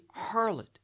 harlot